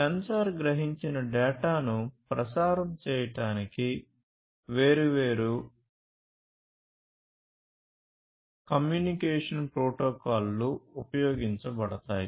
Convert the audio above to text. censor గ్రహించిన డేటాను ప్రసారం చేయడానికి వేర్వేరు కమ్యూనికేషన్ ప్రోటోకాల్లు ఉపయోగించబడతాయి